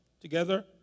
Together